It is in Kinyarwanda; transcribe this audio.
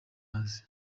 hasi